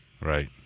Right